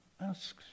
asks